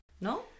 No